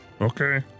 Okay